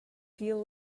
deal